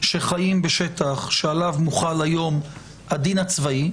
שחיים בשטח שעליו מוחל היום הדין הצבאי,